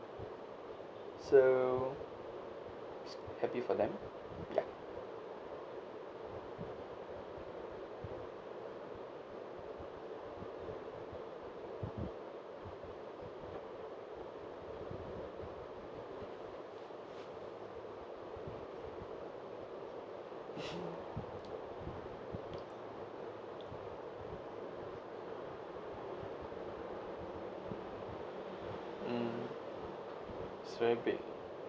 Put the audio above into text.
so happy for them ya mm it's very big